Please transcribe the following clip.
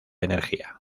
energía